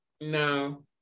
No